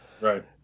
Right